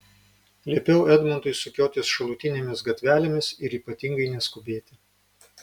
liepiau edmundui sukiotis šalutinėmis gatvelėmis ir ypatingai neskubėti